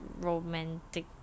romantic